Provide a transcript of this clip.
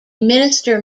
minister